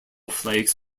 flakes